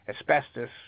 asbestos